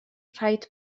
rhaid